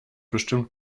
bestimmt